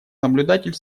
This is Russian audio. наблюдатель